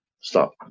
Stop